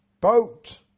boat